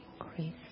Increase